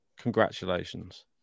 congratulations